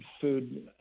food